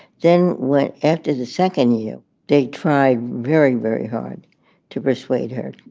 then what? after the second you day tried very, very hard to persuade her.